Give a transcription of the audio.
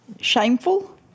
Shameful